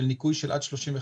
של ניכוי של עד 35%,